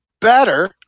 better